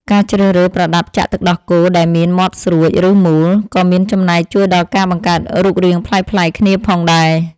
ការជ្រើសរើសប្រដាប់ចាក់ទឹកដោះគោដែលមានមាត់ស្រួច ឬមូល ក៏មានចំណែកជួយដល់ការបង្កើតរូបរាងប្លែកៗគ្នាផងដែរ។